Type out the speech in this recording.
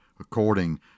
according